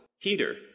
Peter